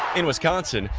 in wisconsin,